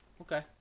Okay